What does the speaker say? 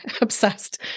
obsessed